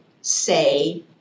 say